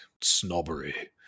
snobbery